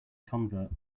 convert